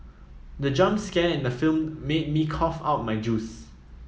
the jump scare in the film made me cough out my juice